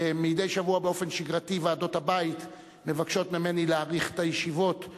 מדי שבוע באופן שגרתי ועדות הבית מבקשות ממני להאריך את הישיבות,